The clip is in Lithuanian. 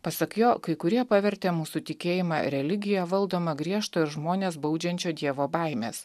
pasak jo kai kurie pavertė mūsų tikėjimą religija valdoma griežto ir žmones baudžiančio dievo baimės